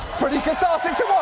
pretty cathartic to